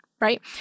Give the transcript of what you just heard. Right